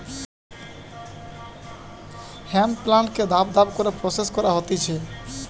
hemp প্লান্টকে ধাপ ধাপ করে প্রসেস করা হতিছে